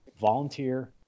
volunteer